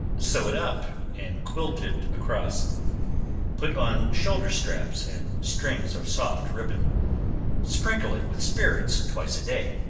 sew it up, and quilt it across put on shoulder straps and strings of soft ribbon sprinkle it with spirits twice a day.